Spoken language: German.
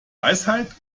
weisheit